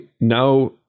now